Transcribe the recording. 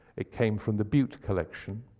it came from the bute collection,